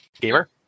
gamer